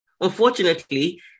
Unfortunately